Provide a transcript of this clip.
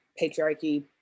patriarchy